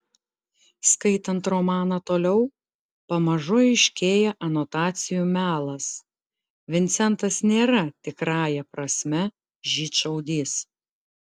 skaitant romaną toliau pamažu aiškėja anotacijų melas vincentas nėra tikrąja prasme žydšaudys